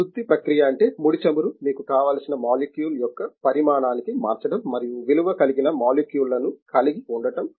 శుద్ధి ప్రక్రియ అంటే ముడి చమురు మీకు కావలసిన మాలిక్యూల్ యొక్క పరిమాణానికి మార్చడం మరియు విలువ కలిగిన మాలిక్యూల్ లను కలిగి ఉండటం